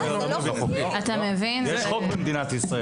יש חוק במדינת ישראל.